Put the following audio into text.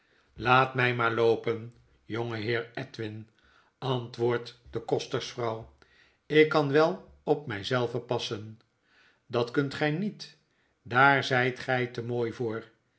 laat my maar loopen jongeheer edwin antwoordt de kostersvrouw ik kan wel op my zelve passen dat kunt gy niet daar zyt gij te mooi voor